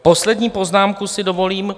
Poslední poznámku si dovolím.